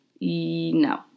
No